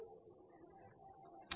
તમે શું જોઈ શકશો